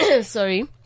sorry